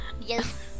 Yes